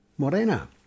Morena